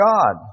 God